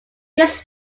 this